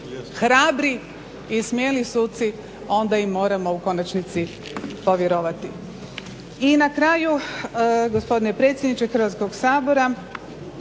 hrabri i smjeli suci onda im moramo u konačnici povjerovati. I na kraju gospodine predsjedniče Hrvatskog sabora